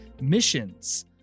missions